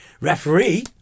Referee